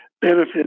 benefit